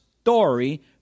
story